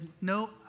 No